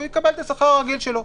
הוא יקבל את השכר הרגיל שלו,